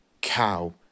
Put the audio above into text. cow